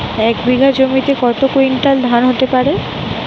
এক বিঘা জমিতে কত কুইন্টাল ধান হতে পারে?